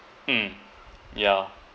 mm yeah